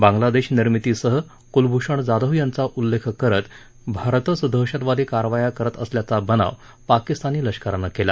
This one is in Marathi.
बांगलादेश निर्मितीसह क्लभूषण जाधव यांचा उल्लेख करत भारतच दहशतवादी कारवाया करत असल्याचा बनाव पाकिस्तानी लष्करानं केला